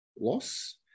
loss